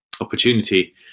opportunity